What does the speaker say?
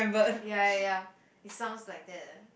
ya ya ya it sounds like that